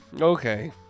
Okay